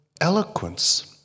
eloquence